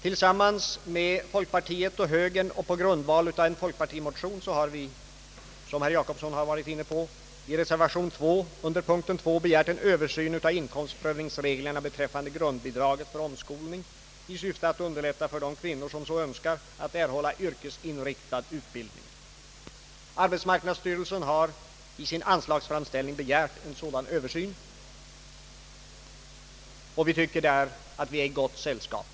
Tillsammans med folkpartiet och högern och på grundval av en folkpartimotion har vi, såsom herr Jacobsson varit inne på, i reservationen a vid punkten 2 begärt en översyn av inkomstprövningsreglerna beträffande grundbidraget för omskolning i syfte att underlätta för de kvinnor som så önskar att erhålla yrkesinriktad utbildning. Arbetsmarknadsstyrelsen har i sin anslagsframställning begärt en sådan översyn, och vi tycker där att vi är i gott sällskap.